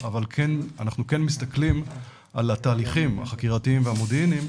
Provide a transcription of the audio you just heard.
אבל אנחנו כן מסתכלים על התהליכים החקירתיים והמודיעיניים